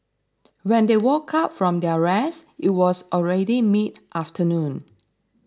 when they woke up from their rest it was already mid afternoon